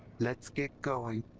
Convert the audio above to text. let's get going!